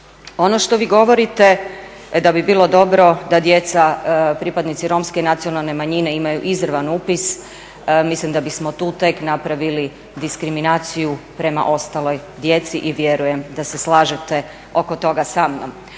Ono što vi govorite da bi bilo dobro da djeca pripadnici romske nacionalne manjine imaju izravan upis mislim da bismo tu tek napravili diskriminaciju prema ostaloj djeci i vjerujem da se slažete oko toga sa mnom.